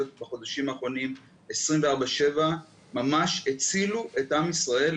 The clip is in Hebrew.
בחודשים האחרונים 24/7 ממש הצילו את עם ישראל,